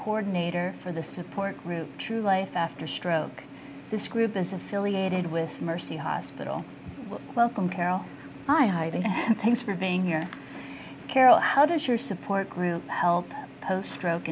cord nater for the support group true life after stroke this group is affiliated with mercy hospital welcome carol hi i think thanks for being here carol how does your support group help post stroke